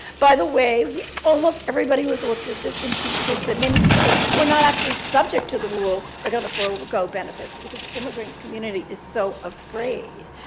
by the way, almost everybody who has looked at this anticipates that many people who are not actually subject to the rule are going to forego benefits because the immigrant community is so afraid.